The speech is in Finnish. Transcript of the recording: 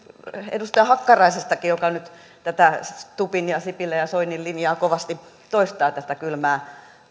edustaja hakkaraisestakin joka nyt tätä stubbin sipilän ja soinin linjaa kovasti toistaa tätä kylmän